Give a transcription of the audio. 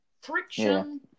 Friction